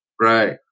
Right